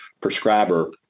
prescriber